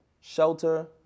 shelter